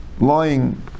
lying